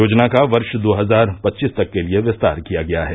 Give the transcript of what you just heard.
योजना का वर्ष दो हजार पच्चीस तक के लिए विस्तार किया गया है